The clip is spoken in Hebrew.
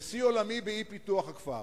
ושיא עולמי באי-פיתוח הכפר.